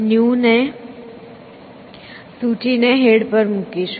new ને સૂચિ ને હેડ પર મુકીશું